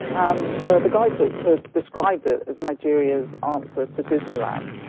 um the guide but had described it as nigeria's answer to disneyland.